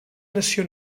nació